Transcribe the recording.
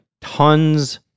tons